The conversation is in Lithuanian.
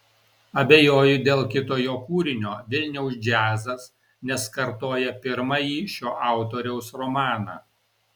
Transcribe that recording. abejoju dėl kito jo kūrinio vilniaus džiazas nes kartoja pirmąjį šio autoriaus romaną